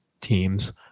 teams